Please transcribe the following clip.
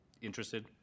interested